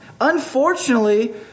Unfortunately